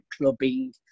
clubbing